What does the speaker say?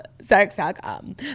sex.com